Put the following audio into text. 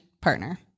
partner